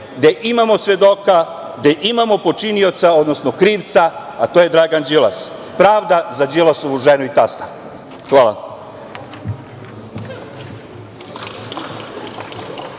gde imamo svedoka, gde imamo počinioca, odnosno krivca, a to je Dragan Đilas. Pravda za Đilasovu ženu i tasta. Hvala.